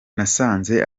nasanze